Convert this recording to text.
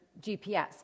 GPS